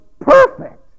perfect